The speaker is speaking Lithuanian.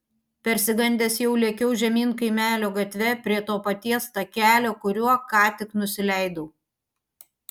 persigandęs jau lėkiau žemyn kaimelio gatve prie to paties takelio kuriuo ką tik nusileidau